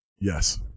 Yes